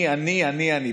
אני אני אני אני.